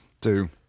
two